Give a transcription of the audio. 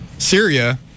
Syria